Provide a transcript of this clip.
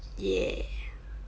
yeah